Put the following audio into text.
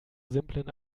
simplen